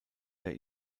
der